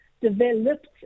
developed